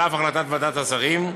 על אף החלטת ועדת השרים האמורה.